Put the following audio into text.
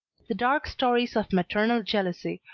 the dark stories of maternal jealousy,